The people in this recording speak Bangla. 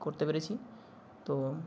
করতে পেরেছি তো